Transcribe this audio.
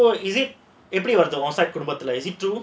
so is it எப்படி வருது உன் குடும்பத்துல:epdi varuthu un kudumbathula is it true